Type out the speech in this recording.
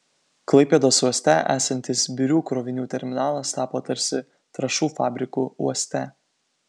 klaipėdos uoste esantis birių krovinių terminalas tapo tarsi trąšų fabriku uoste